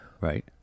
Right